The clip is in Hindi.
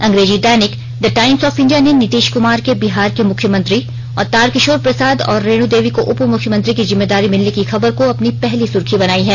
अंग्रेजी दैनिक द टाइम्स ऑफ इंडिया ने नीतीश कुमार के बिहार के मुख्यमंत्री और तारकिशोर प्रसाद और रेणु देवी को उप मुख्यमंत्री की जिम्मेदारी मिलने की खबर को अपनी पहली सुर्खी बनायी है